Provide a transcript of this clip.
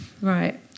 Right